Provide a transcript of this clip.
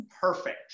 perfect